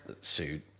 Suit